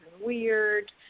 weird